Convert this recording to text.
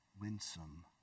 winsome